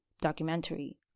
documentary